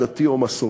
דתי או מסורתי.